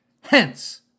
hence